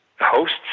hosts